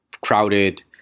crowded